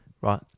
Right